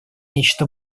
нечто